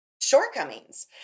shortcomings